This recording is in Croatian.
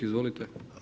Izvolite.